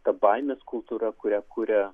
ta baimės kultūra kurią kuria